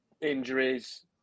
Injuries